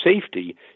safety